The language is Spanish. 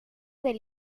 del